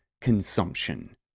consumption